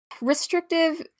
restrictive